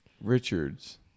Richards